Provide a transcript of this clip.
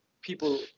people